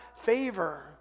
favor